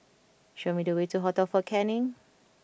show me the way to Hotel Fort Canning